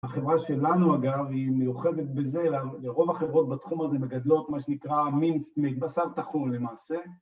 החברה שלנו אגב, היא מיוחדת בזה, לרוב החברות בתחום הזה מגדלות מה שנקרא מינס, מבשר טחון למעשה